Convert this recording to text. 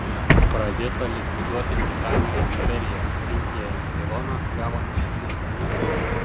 pradėta likviduoti britanijos imperiją indija ir ceilonas gavo nepriklausomybę